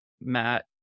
Matt